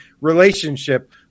relationship